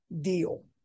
deal